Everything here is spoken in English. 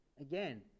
Again